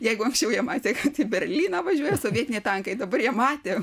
jeigu anksčiau jie matė kad į berlyną važiuoja sovietiniai tankai dabar jie matė